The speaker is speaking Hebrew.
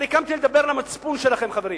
אני כאן כדי לדבר אל המצפון שלכם, חברים.